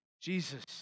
Jesus